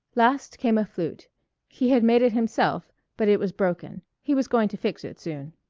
last came a flute he had made it himself but it was broken he was going to fix it soon.